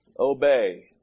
Obey